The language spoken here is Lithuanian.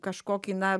kažkokį na